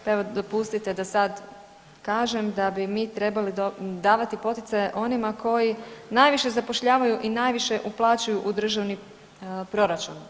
Pa evo dopustite da sad kažem da bi mi trebali davati poticaje onima koji najviše zapošljavaju i najviše uplaćuju u državni proračun.